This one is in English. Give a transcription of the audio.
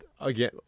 again